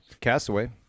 Castaway